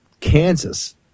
Kansas